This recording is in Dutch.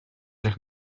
zich